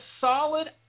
solid